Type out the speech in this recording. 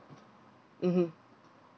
mmhmm